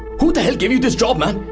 who the hell gave you this job, man?